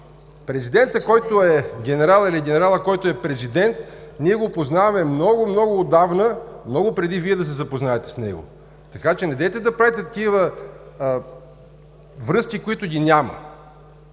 Президентът, който е генерал, или генералът, който е президент, го познаваме много, много отдавна, много преди Вие да се запознаете с него. Недейте да правите връзки, които ги няма.